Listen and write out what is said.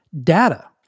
data